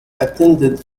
attended